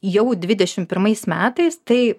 jau dvidešim pirmais metais tai